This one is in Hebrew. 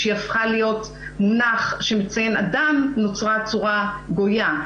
כשהיא הפכה מונח שמציין אדם, נוצרה המילה "גויה".